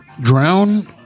drown